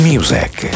Music